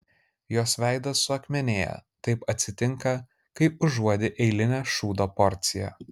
jos veidas suakmenėja taip atsitinka kai užuodi eilinę šūdo porciją